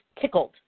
tickled